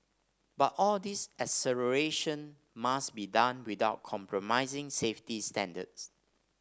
but all this acceleration must be done without compromising safety standards